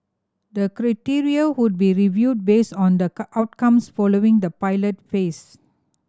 the criteria would be reviewed based on the outcomes following the pilot phase